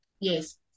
Yes